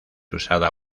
usada